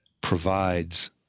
provides